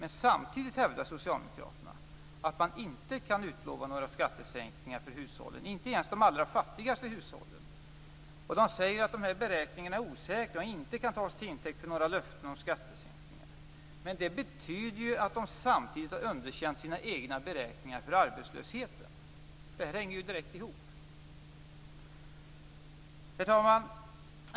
Men samtidigt hävdar socialdemokraterna att de inte kan utlova några skattesänkningar för hushållen, inte ens för de allra fattigaste hushållen. Men det betyder ju att de samtidigt har underkänt sina egna beräkningar för arbetslösheten, för det här hänger ju direkt ihop. Herr talman!